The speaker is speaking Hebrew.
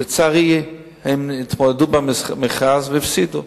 לצערי, הם התמודדו במכרז והפסידו,